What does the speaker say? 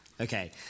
Okay